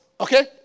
okay